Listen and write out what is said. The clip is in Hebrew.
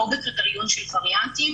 לא בקריטריון של וריאנטים,